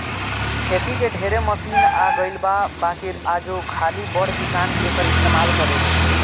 खेती के ढेरे मशीन आ गइल बा बाकिर आजो खाली बड़ किसान एकर इस्तमाल करेले